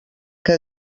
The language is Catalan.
que